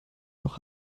noch